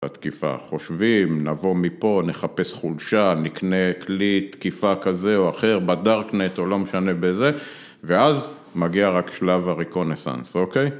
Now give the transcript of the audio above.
התקיפה. חושבים, נבוא מפה, נחפש חולשה, נקנה כלי, תקיפה כזה או אחר, בדארקנט או לא משנה בזה, ואז מגיע רק שלב הריקונסנס, אוקיי?